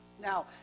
now